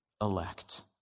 elect